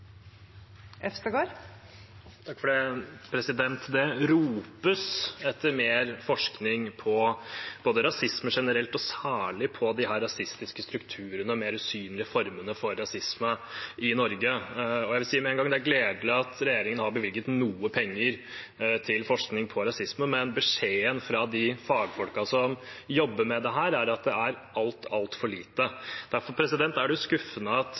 Det ropes etter mer forskning både på rasisme generelt, men særlig på disse rasistiske strukturene og mer usynlige formene for rasisme i Norge. Jeg vil si med en gang at det er gledelig at regjeringen har bevilget noe penger til forskning på rasisme, men beskjeden fra de fagfolkene som jobber med dette, er at det er altfor lite. Derfor er det skuffende at